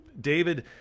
david